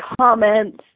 comments